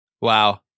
Wow